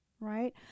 right